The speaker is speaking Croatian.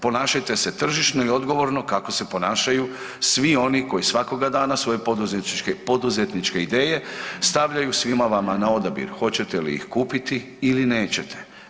Ponašajte se tržišno i odgovorno kako se ponašaju svi oni koji svakoga dana svoje poduzetničke ideje stavljaju svima vama na odabir, hoćete li ih kupiti ili nećete.